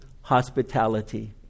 hospitality